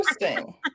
Interesting